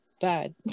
bad